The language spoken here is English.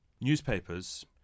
newspapers